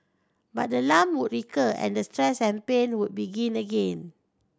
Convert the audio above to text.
but the lump would recur and the stress and pain would begin again